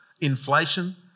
inflation